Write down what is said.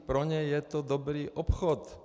Pro ně je to dobrý obchod.